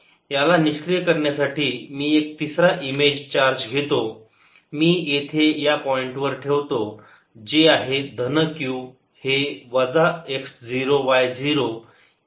याला निष्क्रिय करण्यासाठी मी एक तिसरा इमेज चार्ज घेतो मी येथे या पॉईंट वर ठेवतो जे आहे धन q हे वजा x 0 y 0 इथे आहे